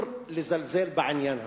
אסור לזלזל בעניין הזה,